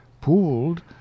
pooled